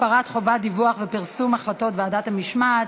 הפרת חובת דיווח ופרסום החלטות ועדת המשמעת),